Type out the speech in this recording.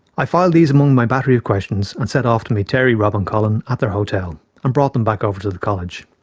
i filed these among my battery of questions and set off to meet terry, rob and colin at their hotel and brought them back over to the college.